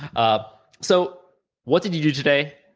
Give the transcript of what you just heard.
ah so what did you do today,